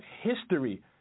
history